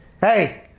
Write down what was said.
Hey